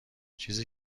چیزی